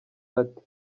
ati